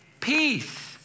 peace